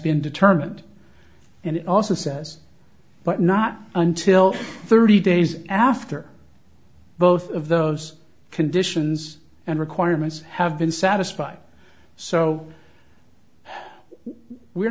been determined and it also says but not until thirty days after both of those conditions and requirements have been satisfied so we're